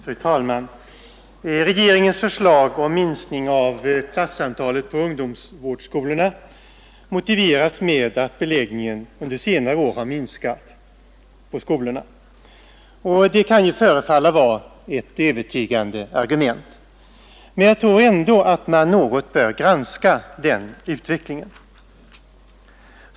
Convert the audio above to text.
Fru talman! Regeringens förslag om minskning av platsantalet på ungdomsvårdsskolorna motiveras med att beläggningen på dessa under senare år har minskat, och det kan ju förefalla vara ett övertygande argument. Men jag tror ändå att man något bör granska denna utveckling.